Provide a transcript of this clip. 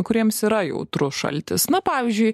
kuriems yra jautrus šaltis na pavyzdžiui